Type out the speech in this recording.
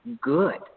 good